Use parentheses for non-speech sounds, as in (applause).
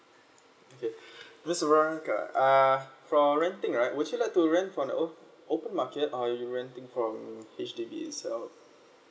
okay (breath) miss veronica uh for renting right would you like to rent from an o~ open market or you're renting from H_D_B itself